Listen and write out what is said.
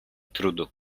trudu